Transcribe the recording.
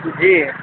جی